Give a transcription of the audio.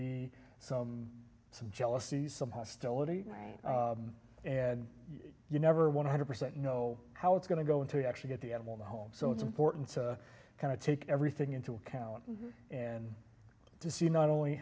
be some some jealousy some hostility right and you never one hundred percent know how it's going to go until you actually get the animal in the home so it's important to kind of take everything into account and to see not only